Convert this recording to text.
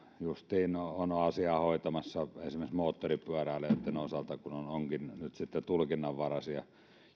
justiin olen asiaa hoitamassa esimerkiksi moottoripyöräilijöitten osalta kun onkin nyt sitten tulkinnanvaraisia